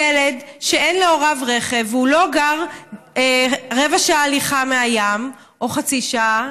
ילד שאין להוריו רכב והוא לא גר רבע שעה או חצי שעה